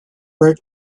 where